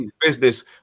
Business